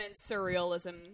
surrealism